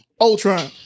Ultron